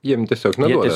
jiem tiesiog neduoda